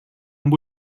amb